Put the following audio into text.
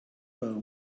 par